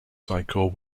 cycle